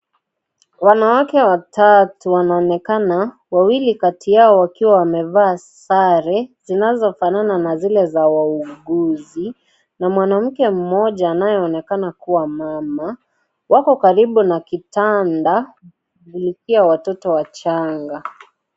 Wanawake watatu wanaonekana, wawili kati yao wakiwa wamevaa sare, zinazofanana na zile za wauguzi, na mwanamke mmoja anayeonekana kuwa mama. Wako karibu na kitanda, kushughulikia watoto wachanga.